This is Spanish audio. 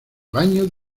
baño